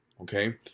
okay